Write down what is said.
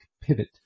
pivot